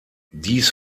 dies